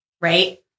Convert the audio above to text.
right